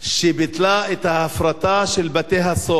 שביטלה את ההפרטה של בתי-הסוהר.